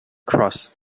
cross